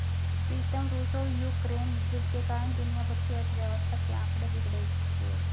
प्रीतम रूस और यूक्रेन युद्ध के कारण दुनिया भर की अर्थव्यवस्था के आंकड़े बिगड़े हुए